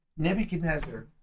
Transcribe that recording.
Nebuchadnezzar